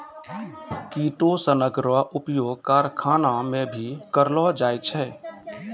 किटोसनक रो उपयोग करखाना मे भी करलो जाय छै